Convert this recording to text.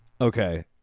Okay